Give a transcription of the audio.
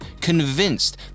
convinced